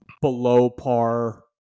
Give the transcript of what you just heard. below-par